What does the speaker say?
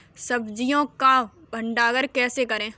सब्जियों का भंडारण कैसे करें?